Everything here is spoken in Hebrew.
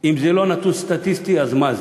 אם זה לא "נתון סטטיסטי", אז מה זה?